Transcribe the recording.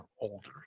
older